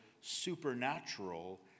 supernatural